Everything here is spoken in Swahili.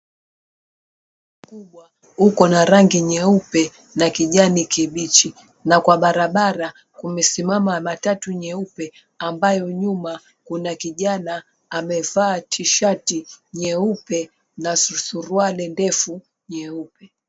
Kubwa uko na rangi nyeupe na kijani kibichi na kwa barabara kumesimama matatu nyeupe ambayo nyuma kuna kijana amevaa tishati nyeupe na suruali ndefu nyeupe.